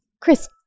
Chris